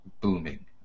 booming